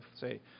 say